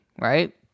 right